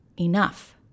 enough